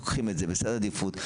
לוקחים את זה בסדר עדיפויות,